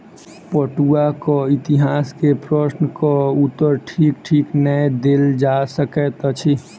पटुआक इतिहास के प्रश्नक उत्तर ठीक ठीक नै देल जा सकैत अछि